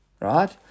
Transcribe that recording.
right